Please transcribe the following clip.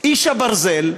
איש הברזל,